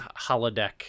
holodeck